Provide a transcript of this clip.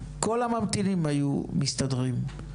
כל הממתינים היו מסתדרים.